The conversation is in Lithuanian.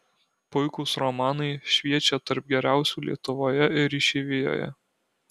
puikūs romanai šviečią tarp geriausių lietuvoje ir išeivijoje